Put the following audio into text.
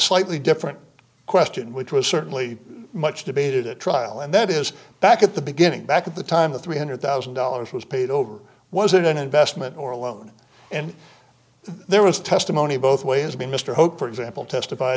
slightly different question which was certainly much debated at trial and that is back at the beginning back at the time a three hundred thousand dollars was paid over was it an investment or a loan and there was testimony both ways mr hope for example testified